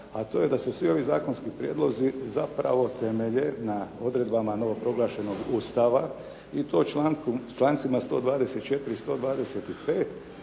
a to je da se svi ovi zakonski prijedlozi zapravo temelje na odredbama novoproglašenog Ustava i to člancima 124., 125.